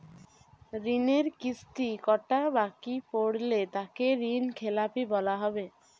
ঋণের কিস্তি কটা বাকি পড়লে তাকে ঋণখেলাপি বলা হবে?